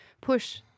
push